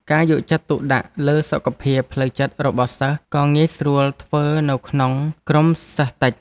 ការយកចិត្តទុកដាក់លើសុខភាពផ្លូវចិត្តរបស់សិស្សក៏ងាយស្រួលធ្វើនៅក្នុងក្រុមសិស្សតិច។